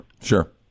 Sure